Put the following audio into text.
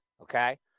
okay